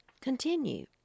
continue